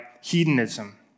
hedonism